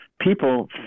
people